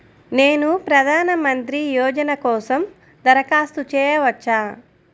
నేను ప్రధాన మంత్రి యోజన కోసం దరఖాస్తు చేయవచ్చా?